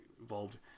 involved